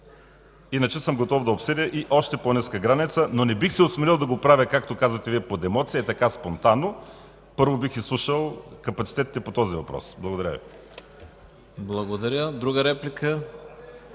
Иначе съм готов да обсъдя и още по-ниска граница, но не бих се осмелил да го правя, както казвате Вие, под емоция, спонтанно. Първо бих изслушал капацитетите по този въпрос. Благодаря Ви. ПРЕДСЕДАТЕЛ ЯНАКИ